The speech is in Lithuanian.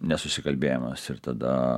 nesusikalbėjimas ir tada